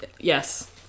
Yes